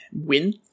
win